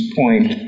point